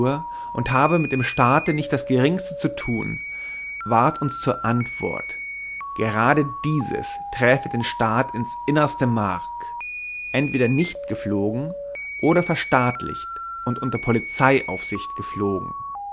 und habe mit dem staate nicht das geringste zu tun ward uns zur antwort gerade dieses träfe den staat ins innerste mark entweder nicht geflogen oder verstaatlicht und unter polizeiaufsicht geflogen